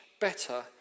better